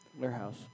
Warehouse